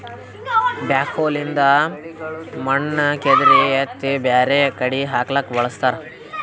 backhoe ಲಿಂದ್ ಮಣ್ಣ್ ಕೆದರಿ ಎತ್ತಿ ಬ್ಯಾರೆ ಕಡಿ ಹಾಕ್ಲಕ್ಕ್ ಬಳಸ್ತಾರ